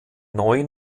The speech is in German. neuen